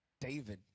David